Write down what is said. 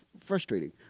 frustrating